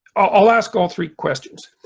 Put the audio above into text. i'll ask all three questions.